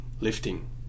lifting